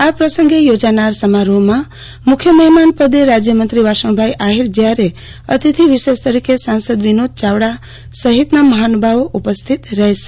આ પ્રસંગે યોજાનારા સમારોફમાં મુખ્ય મહેમાન પદે રાજ્યમંત્રી વાસણભાઇ આહિર જ્યારે અતિથિ વિશેષ તરીકે સાંસદ વિનોદ ચાવડા સહિતના મહાનુભવો ઉપસ્થિત રજેશે